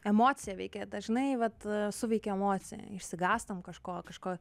emocija veikia dažnai vat suveikia emocija išsigąstam kažko kažko